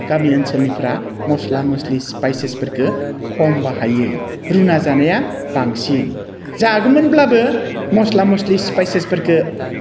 गामि ओनसोलनिफोरा मस्ला मस्लि स्पाइसेसफोरखौ खम बाहायो रुना जानाया बांसिन जागौमोनब्लाबो मस्ला मस्लि स्पाइसेसफोरखौ